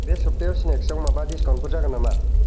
बे सब्थायाव स्नेक्सआव माबा डिसकाउन्टफोर जागोन नामा